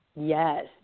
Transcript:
Yes